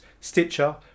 Stitcher